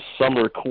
summer